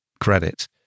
credit